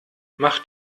mach